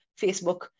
facebook